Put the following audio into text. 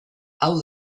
hau